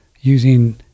using